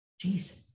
Jesus